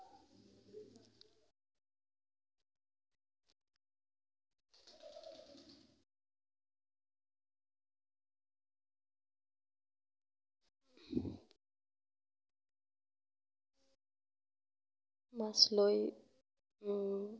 মাছ লৈ